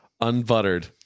unbuttered